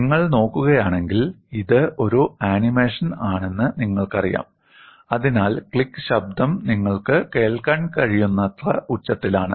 നിങ്ങൾ നോക്കുകയാണെങ്കിൽ ഇത് ഒരു ആനിമേഷൻ ആണെന്ന് നിങ്ങൾക്കറിയാം അതിനാൽ ക്ലിക്ക് ശബ്ദം നിങ്ങൾക്ക് കേൾക്കാൻ കഴിയുന്നത്ര ഉച്ചത്തിലാണ്